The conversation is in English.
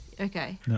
Okay